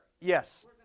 Yes